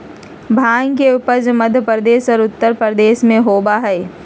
भांग के उपज मध्य प्रदेश और उत्तर प्रदेश में होबा हई